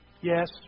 Yes